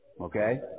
Okay